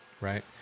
right